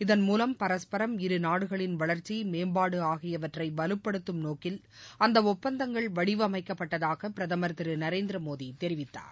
இதன் மூலம் பரஸ்பரம் இரு நாடுகளின் வளர்ச்சி மேம்பாடு ஆகியவற்றை வலுப்படுத்தும் நோக்கில் அந்த ஒப்பந்தங்கள் வடிவமைக்கப்பட்டதாக பிரதமர் திரு நரேந்திரமோதி தெரிவித்தார்